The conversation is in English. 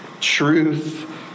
truth